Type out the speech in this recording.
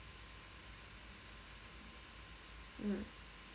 mm